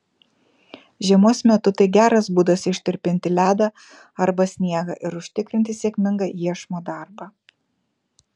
žiemos metu tai geras būdas ištirpinti ledą arba sniegą ir užtikrinti sėkmingą iešmo darbą